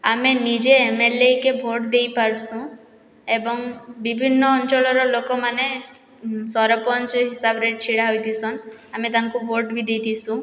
ଆମେ ନିଜେ ଏମଏଲେକେ ଭୋଟ୍ ଦେଇ ପାର୍ସୁଁ ଏବଂ ବିଭିନ୍ନ ଅଞ୍ଚଳର ଲୋକମାନେ ସରପଞ୍ଚ ହିସାବରେ ଛିଡ଼ା ହୋଇଥିସନ୍ ଆମେ ତାଙ୍କୁ ଭୋଟ ବି ଦେଇଥିସୁଁ